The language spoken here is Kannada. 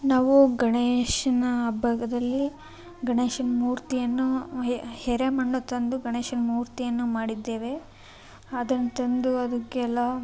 ನಾವು ಗಣೇಶನ ಹಬ್ಬದಲ್ಲಿ ಗಣೇಶನ ಮೂರ್ತಿಯನ್ನು ಹೆ ಎರೆ ಮಣ್ಣು ತಂದು ಗಣೇಶನ ಮೂರ್ತಿಯನ್ನು ಮಾಡಿದ್ದೇವೆ ಅದನ್ನು ತಂದು ಅದಕ್ಕೆಲ್ಲ